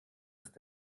ist